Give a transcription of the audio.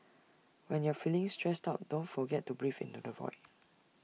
when you are feeling stressed out don't forget to breathe into the void